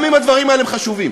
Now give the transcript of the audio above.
גם אם הדברים האלה חשובים,